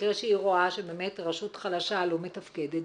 במקרה שהיא רואה שבאמת רשות חלשה לא מתפקדת,